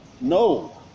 No